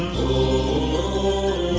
oh!